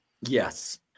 yes